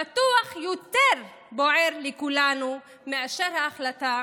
בטוח יותר בוער לכולנו מאשר מההחלטה